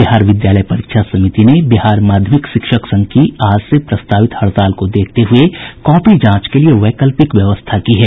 बिहार विद्यालय परीक्षा समिति ने बिहार माध्यमिक शिक्षक संघ की आज से प्रस्तावित हड़ताल को देखते हुए कॉपी जांच के लिए वैकल्पिक व्यवस्था की है